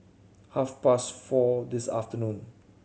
half past four this afternoon